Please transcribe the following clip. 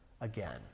again